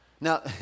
Now